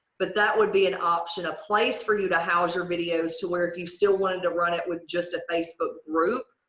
but that would be an option. a place for you to house your videos too where if you've still wanted to run it with just a facebook group,